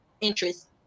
interest